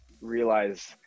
realize